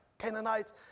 Canaanites